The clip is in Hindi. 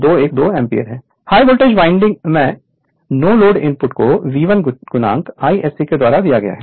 Refer Slide Time 0852 high voltage winding मैं नो लोड इनपुट को V1 Ic के द्वारा दिया गया है